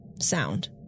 sound